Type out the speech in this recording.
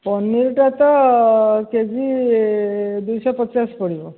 ପନିରଟା ତ K G ଦୁଇଶହ ପଚାଶ ପଡ଼ିବ